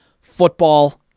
football